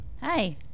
Hi